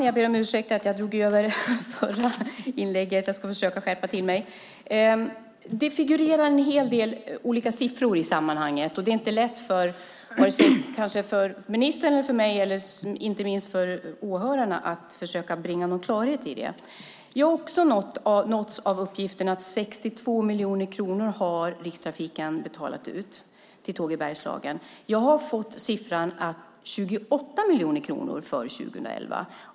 Fru talman! Det figurerar en hel del olika siffror i sammanhanget. Det är inte lätt för ministern och mig och inte minst för åhörarna att få någon klarhet i detta. Jag har också nåtts av uppgiften att Rikstrafiken har betalat ut 62 miljoner kronor till Tåg i Bergslagen. Jag har fått siffran 28 miljoner kronor för 2011.